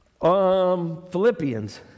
Philippians